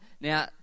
Now